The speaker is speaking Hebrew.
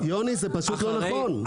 יוני, זה פשוט לא נכון.